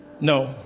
No